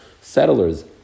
settlers